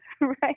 right